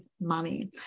money